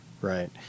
Right